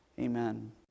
Amen